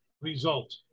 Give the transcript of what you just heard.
result